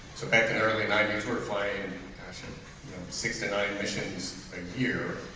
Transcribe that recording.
so back in early ninety s we're flying six to nine missions a year,